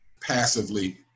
passively